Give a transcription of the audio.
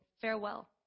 farewell